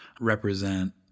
represent